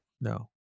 No